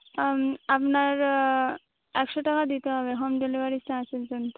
আপনার একশো টাকা দিতে হবে হোম ডেলিভারির চার্জের জন্য